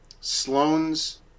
Sloane's